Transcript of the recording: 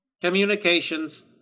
Communications